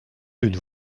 d’une